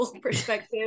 perspective